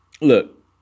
look